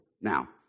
Now